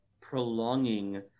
prolonging